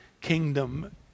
kingdom